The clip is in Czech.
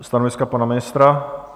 Stanovisko pana ministra?